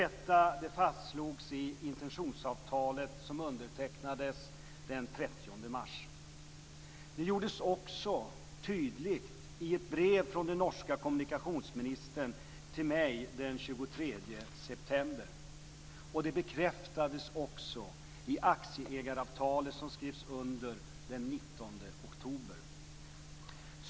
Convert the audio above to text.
Detta fastslogs i intentionsavtalet som undertecknades den 30 mars. Detta gjordes också tydligt i ett brev från den norska kommunikationsministern till mig den 23 september. Det bekräftades också i aktieägaravtalet som skrevs under den 19 oktober.